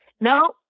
No